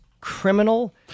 criminal